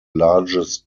largest